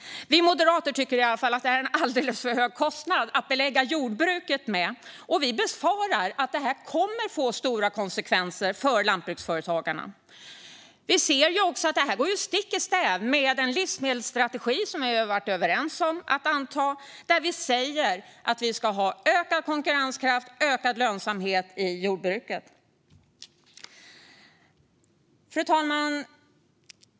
Vi moderater tycker i alla fall att det är en alldeles för hög kostnad att belägga jordbruket med, och vi befarar att det kommer att få stora konsekvenser för lantbruksföretagarna. Vi ser också att detta går stick i stäv med den livsmedelsstrategi som vi har varit överens om att anta, där vi säger att vi ska ha ökad konkurrenskraft och ökad lönsamhet i jordbruket. Fru talman!